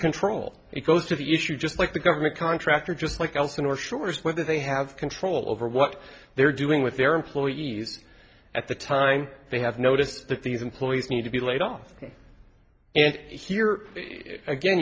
control it goes to the issue just like the government contractor just like elsinore shorter's whether they have control over what they're doing with their employees at the time they have notice that these employees need to be laid off in here again